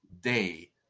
day